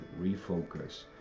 refocus